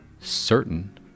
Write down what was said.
certain